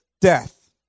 death